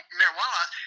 marijuana